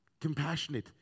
compassionate